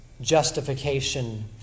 justification